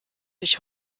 sich